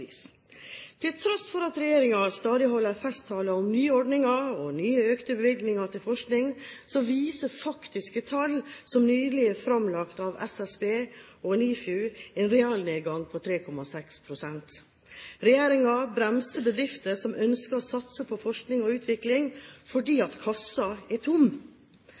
Til tross for at regjeringen stadig holder festtaler om nye ordninger og nye økte bevilgninger til forskning, viser faktiske tall, som nylig er fremlagt av SSB og NIFU, en realnedgang på 3,6 pst. Regjeringen bremser bedrifter som ønsker å satse på forskning og utvikling, fordi kassen er tom.